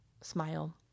smile